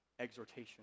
exhortation